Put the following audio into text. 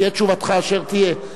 תהיה תשובתך אשר תהיה.